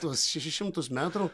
tuos šešis šimtus metrų